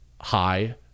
high